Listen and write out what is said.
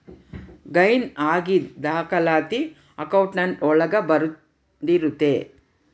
gain ಆಗಿದ್ ದಾಖಲಾತಿ account ಒಳಗ ಬಂದಿರುತ್ತೆ